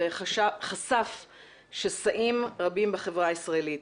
וחשף שסעים רבים בחברה הישראלית.